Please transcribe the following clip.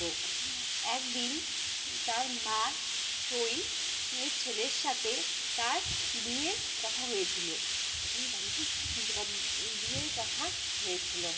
তো একদিন তার মা সই সে ছেলের সাথে তার বিয়ের কথা হয়েছিলো বিয়ের কথা হয়েছিলো